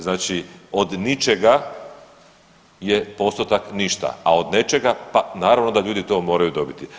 Znači od ničega je postotak ništa, a od nečega, pa naravno da ljudi to moraju dobiti.